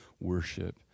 worship